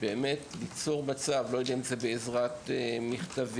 באמת ליצור מצב לא יודע אם זה בעזרת מכתבים,